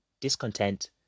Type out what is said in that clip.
discontent